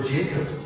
Jacob